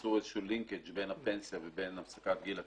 עשו איזשהו לינקג' בין הפנסיה לבין הפסקת גיל הטיסה.